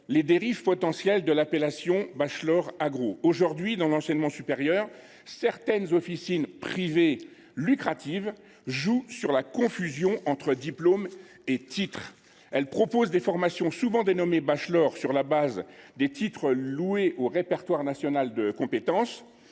les dérives potentielles de l’appellation bachelor agro. Aujourd’hui, dans l’enseignement supérieur, certaines officines privées lucratives jouent sur la confusion entre diplômes et titres. Elles proposent des formations souvent dénommées bachelor, sur la base de titres loués au répertoire national des compétences,